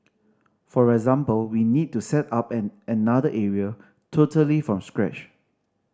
for example we need to set up at another area totally from scratch